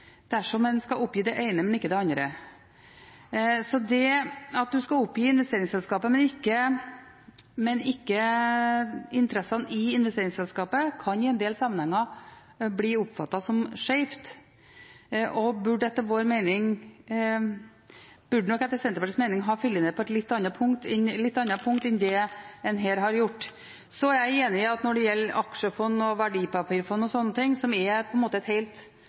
dersom en skal oppgi det ene, men ikke det andre. Så det at du skal oppgi investeringsselskapet, men ikke interessene i investeringsselskapet, kan i en del sammenhenger bli oppfattet som skeivt, og en burde nok etter Senterpartiets mening ha falt ned på et litt annet punkt enn det en her har gjort. Så er jeg enig i at når det gjelder aksjefond, verdipapirfond og slike ting, som er et helt